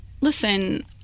listen